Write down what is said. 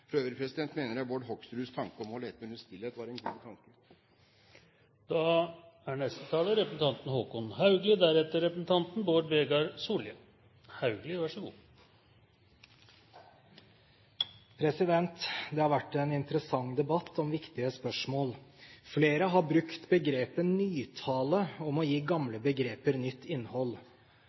For øvrig mener jeg Bård Hoksruds tanke om ett minutts stillhet var en god tanke. Det har vært en interessant debatt om viktige spørsmål. Flere har brukt begrepet «nytale» om å gi gamle begreper nytt innhold.